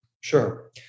Sure